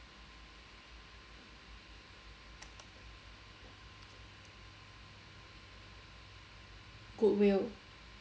goodwill